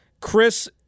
Chris